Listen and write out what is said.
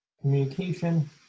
Communication